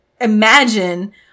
imagine